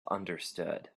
understood